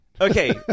Okay